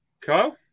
Kyle